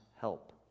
help